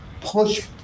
push